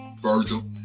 Virgil